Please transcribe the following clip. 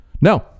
No